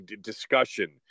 discussion